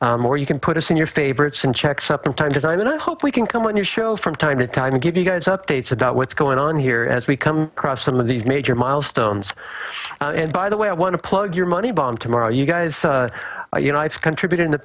newsletter or you can put us in your favorites and checks up from time to time and i hope we can come on your show from time to time and give you guys updates about what's going on here as we come across some of these major milestones and by the way i want to plug your money bomb tomorrow you guys are you know i've contributed in the